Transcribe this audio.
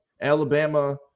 Alabama